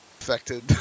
affected